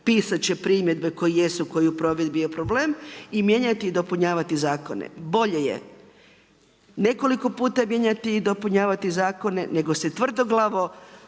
pisat će primjedbe koje jesu, koji je u provedbi bio problem i mijenjati i dopunjavati zakone. Bolje je nekoliko puta mijenjati i dopunjavati zakone nego se tvrdoglavo